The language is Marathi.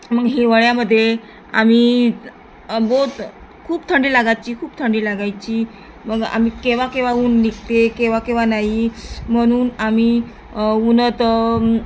मग हिवाळ्यामध्ये आम्ही बहुत खूप थंडी लागाची खूप थंडी लागायची मग आम्ही केव्हा केव्हा ऊन निघते केव्हा केव्हा नाही म्हणून आम्ही उन्हतं